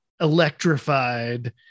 electrified